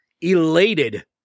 elated